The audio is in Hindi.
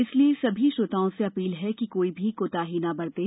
इसलिए सभी श्रोताओं से अपील है कि कोई भी कोताही न बरतें